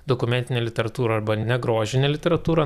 dokumentinė literatūra arba negrožinė literatūra